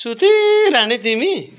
सुतिरहने तिमी